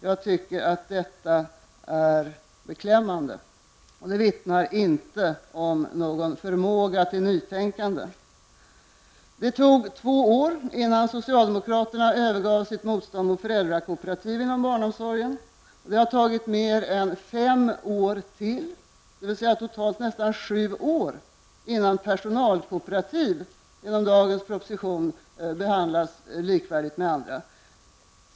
Jag tycker att det är beklämmande. Det vittnar inte om någon förmåga till nytänkande. Det tog två år innan socialdemokraterna övergav sitt motstånd mot föräldrakooperativ inom barnomsorgen. Det har tagit mer än fem år till, dvs. totalt nästan sju år, innan personalkooperativ genom dagens proposition behandlas likvärdigt med andra alternativ.